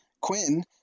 Quinn